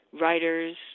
writers